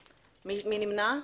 3 בעד, 4 נגד, אין נמנעים.